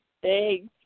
Thanks